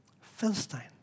Philistine